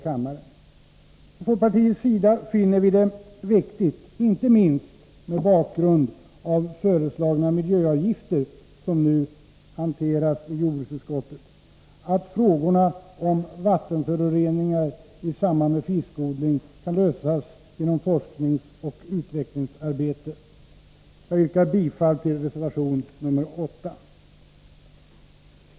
Från folkpartiet finner vi, inte minst 'mot bakgrund av förslag om miljöavgifter, som nu är föremål för behandling inom jordbruksutskottet, att frågorna om vattenföroreningar i samband med fiskodling bör kunna lösas genom forskningsoch utvecklingsarbete. Jag yrkar bifall till reservation 8.